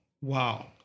Wow